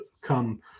come